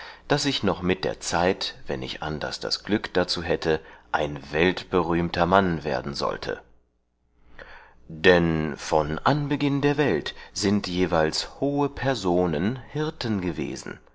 daß ich noch mit der zeit wann ich anders das glück darzu hätte ein weltberühmter mann werden sollte dann von anbeginn der welt seind jeweils hohe personen hirten gewesen